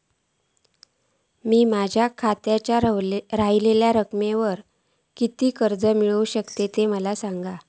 मी माझ्या खात्याच्या ऱ्हवलेल्या रकमेवर माका किती कर्ज मिळात ता सांगा?